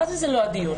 מה זה לא הדיון?